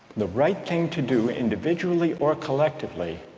the right thing to do individually or collectively